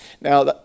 Now